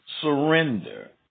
surrender